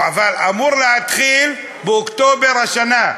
שאמור להתחיל לפעול באוקטובר השנה,